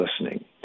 listening